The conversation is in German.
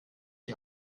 die